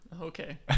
Okay